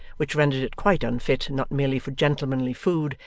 which rendered it quite unfit not merely for gentlemanly food,